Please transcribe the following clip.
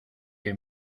que